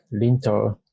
linter